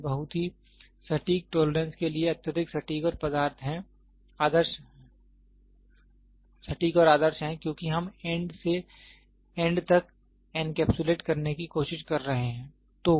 वे बहुत ही सटीक टोलरेंस के लिए अत्यधिक सटीक और आदर्श हैं क्योंकि हम एंड से एंड तक एनकैप्सुलेट करने की कोशिश कर रहे हैं